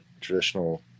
traditional